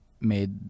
made